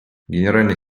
генеральный